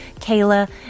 Kayla